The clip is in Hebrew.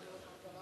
אדוני ראש הממשלה,